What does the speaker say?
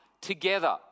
together